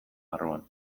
barruan